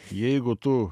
jeigu tu